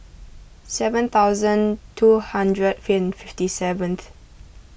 seven thousand two hundred finn fifty seventh